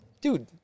Dude